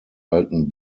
alten